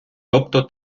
тобто